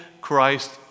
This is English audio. Christ